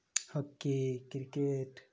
hockey cricket